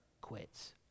quits